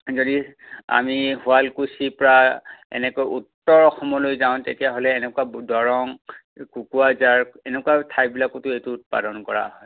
যদি আমি শুৱালকুচিৰ পৰা এনেকৈ উত্তৰ অসমলৈ যাওঁ তেতিয়াহ'লে এনেকুৱা দৰং কোকৰাঝাৰ এনেকুৱা ঠাইবিলাকতো এইটো উৎপাদন কৰা হয়